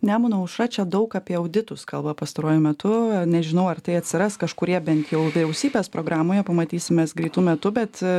nemuno aušra čia daug apie auditus kalba pastaruoju metu nežinau ar tai atsiras kažkurie bent jau vyriausybės programoje pamatysim mes greitu metu bet